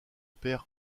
per